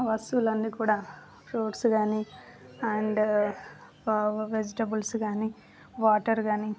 వస్తువులన్నీ కూడా ఫ్రూట్స్ కాని అండ్ ఆ వెజిటల్స్ కాని వాటరు కాని